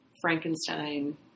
Frankenstein